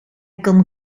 kan